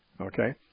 okay